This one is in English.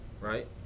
right